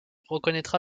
reconnaîtra